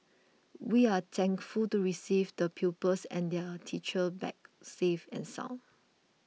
we are thankful to receive the pupils and their teachers back safe and sound